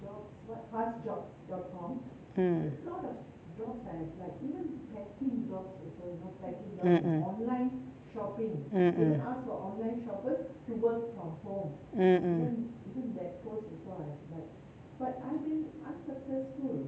mm mm mm mm mm mm mm